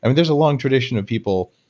and there's a long tradition of people.